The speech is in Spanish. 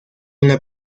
una